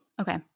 Okay